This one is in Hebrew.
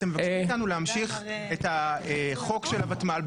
אתם מבקשים מאתנו להמשיך את חוק הוותמ"ל.